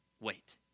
wait